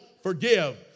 Forgive